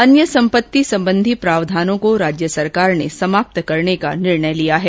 अन्य सम्पत्ति संबंधी प्रावधानों को राज्य सरकार ने समाप्त करने का निर्णय लिया है